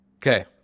Okay